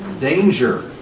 Danger